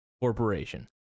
Corporation